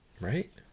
Right